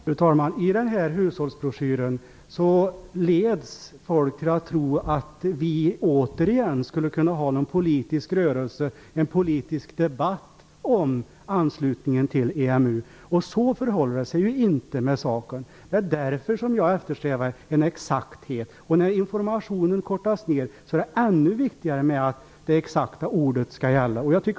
Fru talman! I den här hushållsbroschyren leds folk till att tro att Sverige återigen skulle kunna ha någon politisk rörelse, en politisk debatt om anslutningen till EMU. Så förhåller det sig ju inte. Därför eftersträvar jag en exakthet. När informationen också kortas ned är det ännu viktigare att det exakta ordet skall gälla.